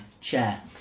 chair